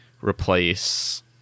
replace